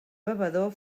bevedor